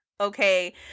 Okay